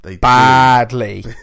badly